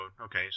okay